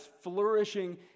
flourishing